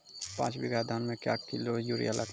पाँच बीघा धान मे क्या किलो यूरिया लागते?